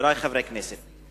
חברי חברי הכנסת,